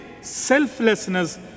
selflessness